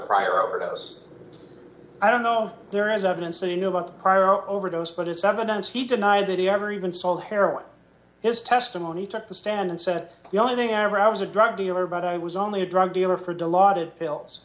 prior overdose i don't know if there is evidence that he knew about the prior overdose but it's evidence he denied that he ever even sold heroin his testimony took the stand and said the only thing i ever i was a drug dealer but i was only a drug dealer for dilaudid pills